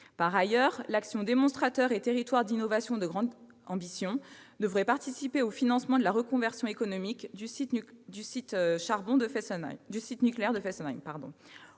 Quant à l'action Démonstrateurs et territoires d'innovation de grande ambition, elle devrait participer au financement de la reconversion économique du site nucléaire de Fessenheim.